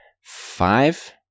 five